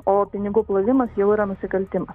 o pinigų plovimas jau yra nusikaltima